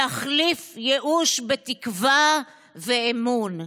להחליף ייאוש בתקווה ובאמון.